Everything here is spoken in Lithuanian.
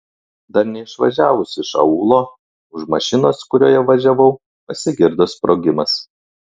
dar neišvažiavus iš aūlo už mašinos kurioje važiavau pasigirdo sprogimas